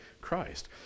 Christ